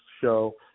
Show